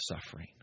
suffering